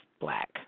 black